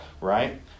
right